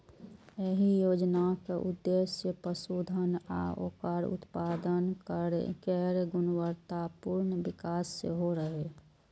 एहि योजनाक उद्देश्य पशुधन आ ओकर उत्पाद केर गुणवत्तापूर्ण विकास सेहो रहै